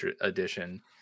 edition